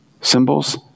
symbols